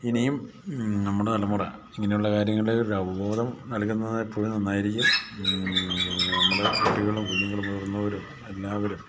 ഇനിയും നമ്മുടെ തലമുറ ഇങ്ങനെയുള്ള കാര്യങ്ങളിൽ ഒരു അവബോധം നൽകുന്നതെപ്പോഴും നന്നായിരിക്കും നമ്മുടെ കുട്ടികളും കുഞ്ഞുങ്ങളും മുതിർന്നവരും എല്ലാവരും